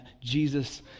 Jesus